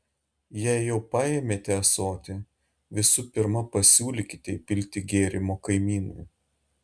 jei jau paėmėte ąsotį visų pirma pasiūlykite įpilti gėrimo kaimynui